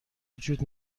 وجود